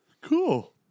Cool